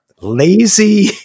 lazy